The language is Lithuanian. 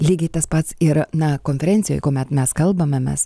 lygiai tas pats yra na konferencijoj kuomet mes kalbame mes